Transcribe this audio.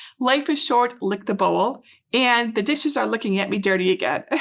life is short, lick the bowl and the dishes are looking at me dirty again.